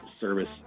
service